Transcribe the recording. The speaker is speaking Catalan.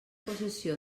possessió